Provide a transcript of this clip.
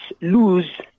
lose